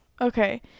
Okay